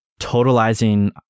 totalizing